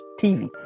TV